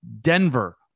Denver